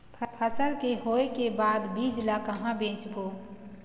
फसल के होय के बाद बीज ला कहां बेचबो?